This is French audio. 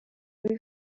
rue